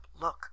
look